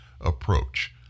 approach